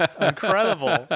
Incredible